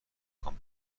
امکان